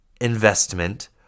investment